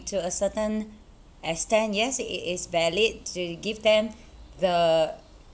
to a certain extent yes it is valid to give them the